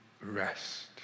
rest